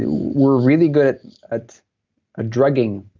we're really good at ah drugging